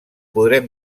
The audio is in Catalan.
podrem